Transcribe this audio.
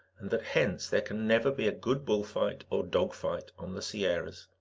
and that hence there can never be a good bull-fight or dog-fight on the sierras.